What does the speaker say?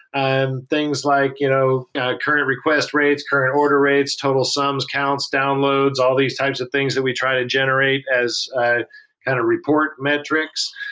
um things like you know current request rates, current order rates, total sums, counts, downloads, all these types of things that we try to generate as a kind of report metrics.